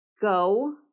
Go